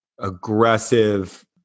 Aggressive